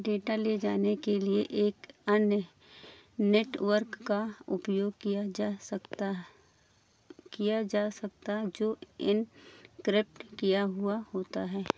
data ले जाने के लिए एक अन्य नेटवर्क का उपयोग किया जा सकता किया जा सकता जो इनक्रिप्ट किया हुआ होता है